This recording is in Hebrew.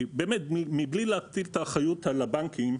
מבלי להפיל את האחריות על הבנקים,